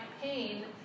pain